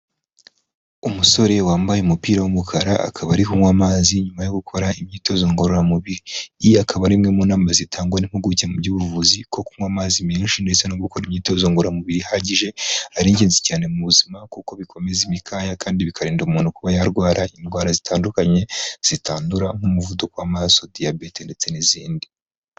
Umusore wambaye umupira w'umukara, akaba ari kunywa amazi nyuma yo gukora imyitozo ngororamubiri. Iyi akaba ari imwe mu nama zitangwa n'impuguke mu by'ubuvuzi, ko kunywa amazi menshi ndetse no gukora imyitozo ngororamubiri ihagije, ari ingenzi cyane mu buzima kuko bikomeza imikaya kandi bikarinda umuntu kuba yarwara indwara zitandukanye zitandura, nk'umuvuduko w'amaraso, diyabete ndetse n'izindi.